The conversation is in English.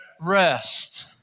Rest